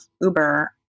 Uber